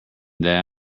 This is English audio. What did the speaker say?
that